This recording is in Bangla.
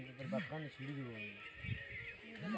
যে ভেড়া গুলাকে মালুস ঘরে পোষ্য করে রাখত্যে পারে